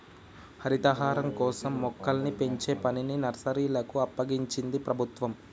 హరితహారం కోసం మొక్కల్ని పెంచే పనిని నర్సరీలకు అప్పగించింది ప్రభుత్వం